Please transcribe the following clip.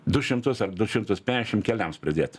du šimtus ar du šimtus peiašim keliams pridėt